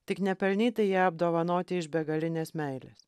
tik nepelnytai ja apdovanoti iš begalinės meilės